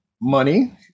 money